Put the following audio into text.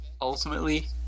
ultimately